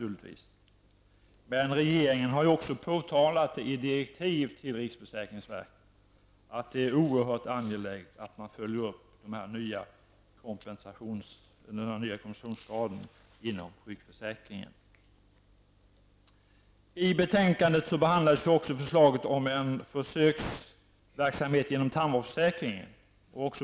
Regeringen har i direktiven till riksförsäkringsverket påpekat att det är oerhört angeläget att man följer upp den nya kompensationsgraden inom sjukförsäkringen. I betänkandet behandlas också förslaget om en försöksverksamhet inom tandvårdsförsäkringen.